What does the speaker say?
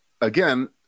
again